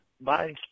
Bye